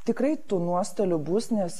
tikrai tų nuostolių bus nes